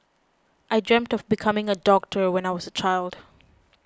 I dreamt of becoming a doctor when I was a child